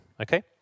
okay